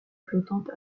flottante